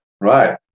right